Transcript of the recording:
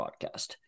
podcast